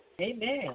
Amen